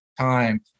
time